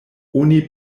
oni